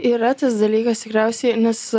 yra tas dalykas tikriausiai nes